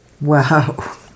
Wow